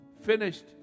finished